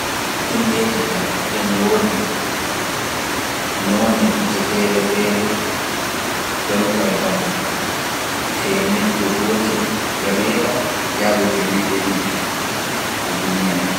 Himɓeeji kan e ngoodi, noone gite feere feere hewta e bana teemedde gootel e reeta jagotoo e meɗe ɗiɗi du.(hundred and fifty)